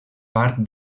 part